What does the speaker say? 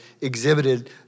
exhibited